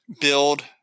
build